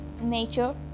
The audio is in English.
nature